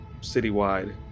citywide